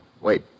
Wait